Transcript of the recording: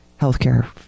healthcare